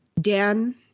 Dan